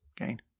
again